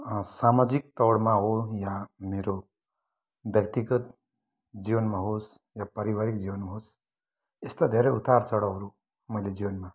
सामाजिक तौरमा हो या मेरो व्यक्तिगत जीवनमा होस् या पारिवारिक जीवनमा होस् यस्ता धेरै उतार चढाउहरू मैले जीवनमा